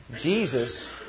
Jesus